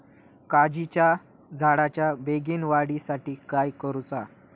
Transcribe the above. काजीच्या झाडाच्या बेगीन वाढी साठी काय करूचा?